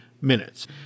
minutes